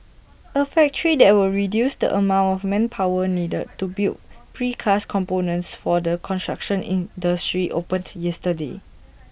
A factory that will reduce the amount of manpower needed to build precast components for the construction industry opened yesterday